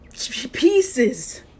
pieces